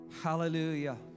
hallelujah